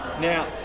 Now